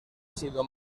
sido